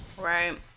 Right